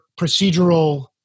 procedural